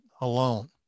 alone